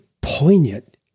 poignant